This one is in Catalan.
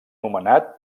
nomenat